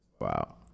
Wow